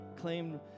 claim